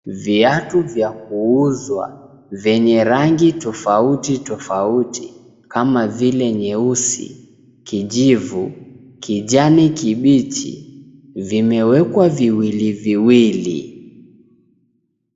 Viatu vya kuuzwa, vyenye rangi tofauti tofauti. Kama vile nyeusi, kijivu, kijani kibichi vimewekwa viwili viwili..